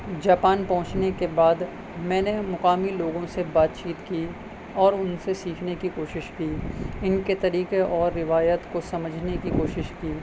Japan پہنچنے کے بعد میں نے مقامی لوگوں سے بات چیت کی اور ان سے سیکھنے کی کوشش کی ان کے طریقے اور روایت کو سمجھنے کی کوشش کی